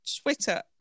Twitter